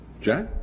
Jack